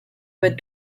with